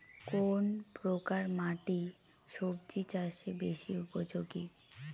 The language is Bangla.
কোন প্রকার মাটি সবজি চাষে বেশি উপযোগী?